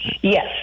yes